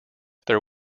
there